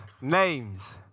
Names